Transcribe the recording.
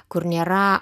kur nėra